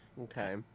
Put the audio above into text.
okay